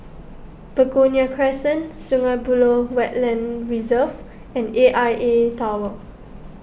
Begonia Crescent Sungei Buloh Wetland Reserve and A I A Tower